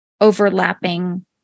overlapping